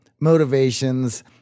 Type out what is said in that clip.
motivations